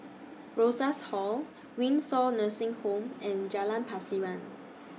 Rosas Hall Windsor Nursing Home and Jalan Pasiran